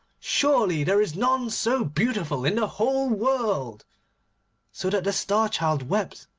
surely there is none so beautiful in the whole world so that the star child wept,